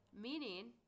meaning